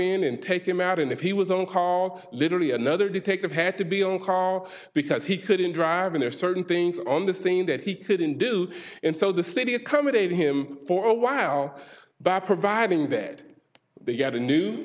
in and take him out and if he was on call well literally another detective had to be on call because he couldn't drive in there certain things on the thing that he couldn't do and so the city accommodate him for a while but providing that they got a new